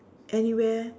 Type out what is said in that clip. anywhere